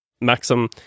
maxim